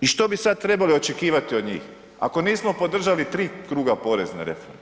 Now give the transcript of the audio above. I što bi sad trebali očekivati od njih, ako nismo podržali 3 kruga porezne reforme,